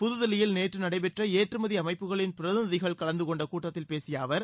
புதுதில்லியில் நேற்று நடைபெற்ற ஏற்றுமதி அமைப்புகளின் பிரதிநிதிகள் கலந்து கொண்ட கூட்டத்தில் பேசிய அவர்